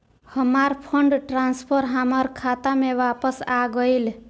हमार fund transfer हमार खाता में वापस आ गइल